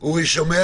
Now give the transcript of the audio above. הללו ולהתאים